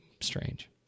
strange